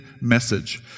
message